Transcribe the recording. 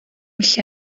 lle